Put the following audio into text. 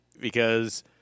because-